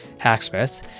Hacksmith